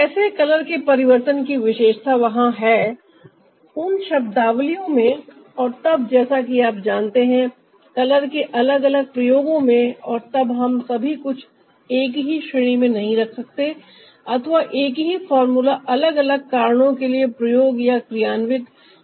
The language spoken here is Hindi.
कैसे कलर के परिवर्तन की विशेषता वहां है उन शब्दावलियों में और तब जैसा कि आप जानते हैं कलर के अलग अलग प्रयोगों में और तब हम सभी कुछ एक ही श्रेणी में नहीं रख सकते अथवा एक ही फार्मूला अलग अलग कारणों के लिए प्रयोग या क्रियान्वित नहीं किए जा सकते